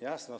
Jasno